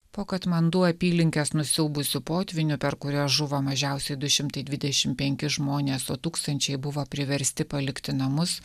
po katmandu apylinkes nusiaubusių potvynių per kurią žuvo mažiausiai du šimtai dvidešim penki žmonės o tūkstančiai buvo priversti palikti namus